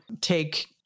take